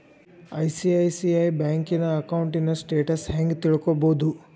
ICICI ಬ್ಯಂಕಿನ ಅಕೌಂಟಿನ್ status ಹೆಂಗ್ ತಿಳ್ಕೊಬೊದು?